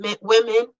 women